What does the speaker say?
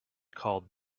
called